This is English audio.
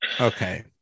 okay